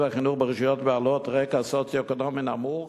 החינוך ברשויות בעלות רקע סוציו-אקונומי נמוך,